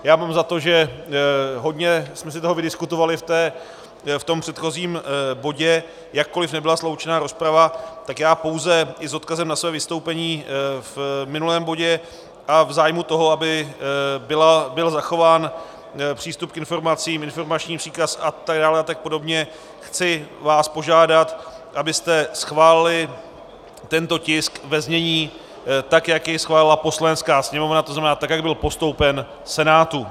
Já mám za to, že hodně jsme si toho vydiskutovali v tom předchozím bodě, jakkoliv nebyla sloučena rozprava, tak já pouze i s odkazem na své vystoupení v minulém bodě a v zájmu toho, aby byl zachován přístup k informacím, informační příkaz a tak dále a tak podobně, chci vás požádat, abyste schválili tento tisk ve znění tak, jak jej schválila Poslanecká sněmovna, to znamená, tak jak byl postoupen Senátu.